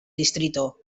distrito